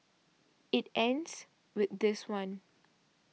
it ends with this one